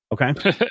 Okay